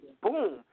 boom